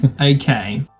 Okay